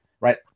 right